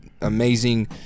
amazing